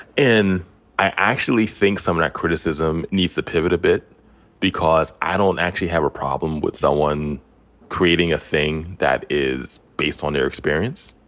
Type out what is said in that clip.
i actually think some of that criticism needs to pivot a bit because i don't actually have a problem with someone creating a thing that is based on their experience.